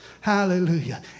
Hallelujah